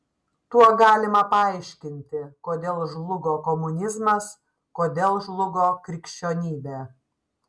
tuo galima paaiškinti kodėl žlugo komunizmas kodėl žlugo krikščionybė